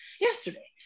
yesterday